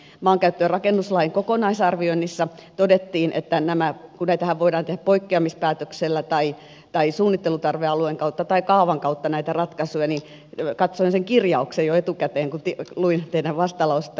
kun maankäyttö ja rakennuslain kokonaisarvioinnissa todettiin että kun näitä ratkaisujahan voidaan tehdä poikkeamispäätöksellä tai suunnittelutarvealueen kautta tai kaavan kautta niin katsoin sen kirjauksen jo etukäteen kun luin teidän vastalausettanne